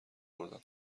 بردم